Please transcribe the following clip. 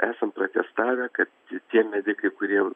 esam pratestavę kad tie medikai kurie